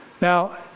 Now